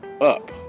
up